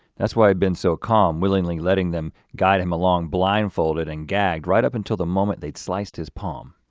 that's why he'd been so calm, willingly letting them guide him along blindfolded and gagged, right up until the moment they'd sliced his palm.